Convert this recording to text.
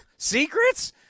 Secrets